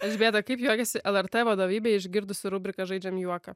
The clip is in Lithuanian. elžbieta kaip juokiasi lrt vadovybė išgirdusi rubriką žaidžiam juoką